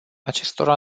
acestora